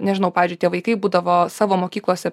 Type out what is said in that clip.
nežinau pavyzdžiui tie vaikai būdavo savo mokyklose